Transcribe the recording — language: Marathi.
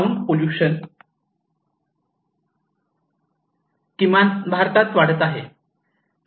साऊंड पॉल्युशन किमान भारतात वाढत आहे